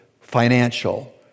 financial